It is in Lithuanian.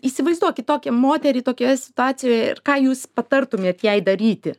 įsivaizduokit tokią moterį tokioje situacijoje ir ką jūs patartumėt jai daryti